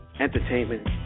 entertainment